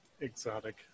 exotic